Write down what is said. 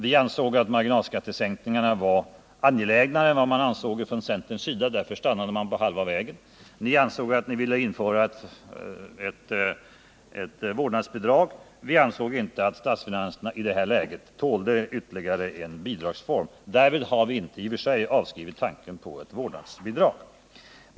Vi ansåg att marginalskattesänkningarna var angelägnare än centern ansåg; därför stannade ni på halva vägen. Ni ville införa ett vårdnadsbidrag. Vi ansåg inte att statsfinanserna i detta läge tålde ytterligare en bidragsform. Därmed har vi inte i och för sig avskrivit tanken på ett vårdnadsbidrag.